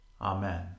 Amen